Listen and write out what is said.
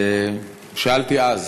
שאלתי אז